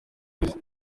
gusa